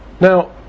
Now